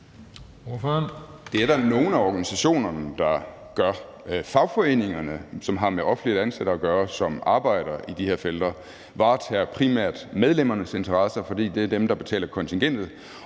Det er der nogle af organisationerne der gør. Fagforeningerne, som har med offentligt ansatte at gøre, som arbejder i de her felter, varetager primært medlemmernes interesser, fordi det er dem, der betaler kontingentet,